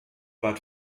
bad